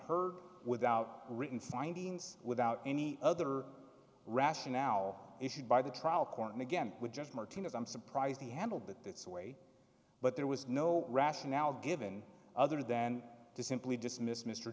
heard without written findings without any other rationale issued by the trial court and again would just martinez i'm surprised he handled that this way but there was no rationale given other than to simply dismiss mr